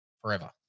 forever